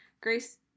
Grace